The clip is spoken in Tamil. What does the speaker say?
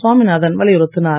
சுவாமிநாதன் வலியுறுத்தினார்